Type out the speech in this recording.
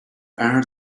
are